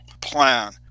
plan